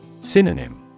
Synonym